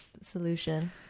solution